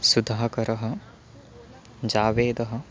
सुधाकरः जावेदः